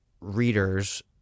readers